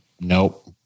Nope